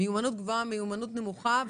מיומנות גבוהה ומיומנות נמוכה,